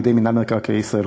בידי מינהל מקרקעי ישראל,